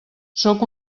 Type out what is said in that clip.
sóc